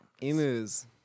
Emus